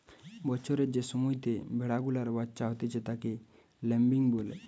বছরের যে সময়তে ভেড়া গুলার বাচ্চা হতিছে তাকে ল্যাম্বিং বলে